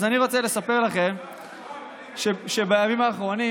אז אני רוצה לספר לכם שבימים האחרונים